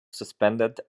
suspended